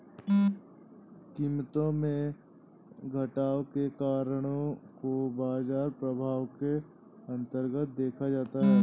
कीमतों में घटाव के कारणों को बाजार प्रभाव के अन्तर्गत देखा जाता है